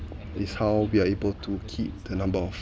is how we are able to keep the number of